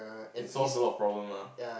it solves a lot of problem lah